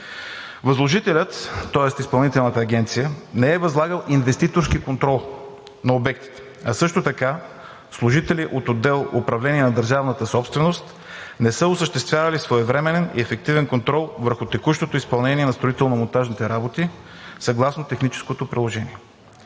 Възложителят – Изпълнителната агенция не е възлагал инвеститорски контрол на обектите, а също така служители от отдел „Управление на държавната собственост“ не са осъществявали своевременен и ефективен контрол върху текущото изпълнение на строително-монтажните работи съгласно техническото приложение;